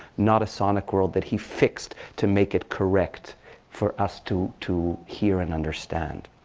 not a sonic world that he fixed to make it correct for us to to hear and understand.